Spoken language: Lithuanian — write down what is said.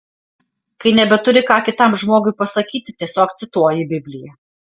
kai nebeturi ką kitam žmogui pasakyti tiesiog cituoji bibliją